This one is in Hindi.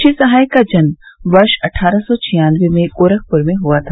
श्री सहाय का जन्म वर्ष अट्ठारह सौ छियानबे में गोरखपुर में हुआ था